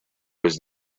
was